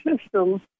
system